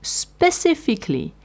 specifically